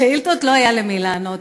עם השאילתות לא היה למי לענות.